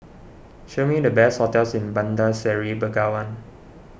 show me the best hotels in Bandar Seri Begawan